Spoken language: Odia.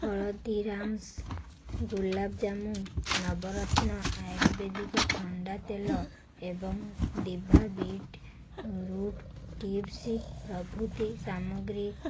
ହଳଦୀରାମ୍ସ୍ ଗୁଲାବ୍ ଜାମୁ ନବରତ୍ନ ଆୟୁର୍ବେଦିକ ଥଣ୍ଡା ତେଲ ଏବଂ ଡ଼ିଭା ବିଟ୍ ରୁଟ୍ ଟିପ୍ସ୍ ପ୍ରଭୃତି ସାମଗ୍ରୀ